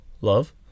Love